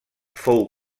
fou